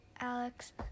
Alex